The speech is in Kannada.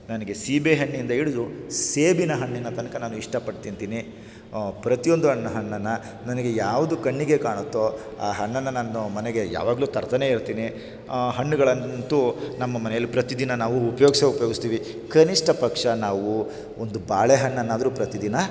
ನನಗೆ ಸೀಬೆಹಣ್ಣಿಂದ ಹಿಡಿದು ಸೇಬಿನ ಹಣ್ಣಿನ ತನಕ ನಾನು ಇಷ್ಟಪಟ್ಟು ತಿಂತೀನಿ ಪ್ರತೀ ಒಂದು ಹಣ್ ಹಣ್ಣನ್ನು ನನಗೆ ಯಾವುದು ಕಣ್ಣಿಗೆ ಕಾಣುತ್ತೋ ಆ ಹಣ್ಣನ್ನು ನಾನು ಮನೆಗೆ ಯಾವಾಗಲೂ ತರ್ತಾನೇ ಇರ್ತೀನಿ ಹಣ್ಣುಗಳಂತೂ ನಮ್ಮ ಮನೆಯಲ್ಲಿ ಪ್ರತಿದಿನ ನಾವು ಉಪಯೋಗ್ಸೇ ಉಪಯೋಗಿಸ್ತೀವಿ ಕನಿಷ್ಠ ಪಕ್ಷ ನಾವು ಒಂದು ಬಾಳೆಹಣ್ಣನ್ನಾದರೂ ಪ್ರತಿದಿನ